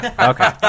Okay